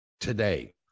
today